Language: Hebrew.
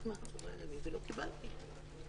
(ב)